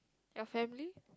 your family